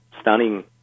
stunning